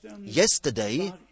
Yesterday